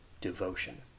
devotion